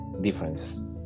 differences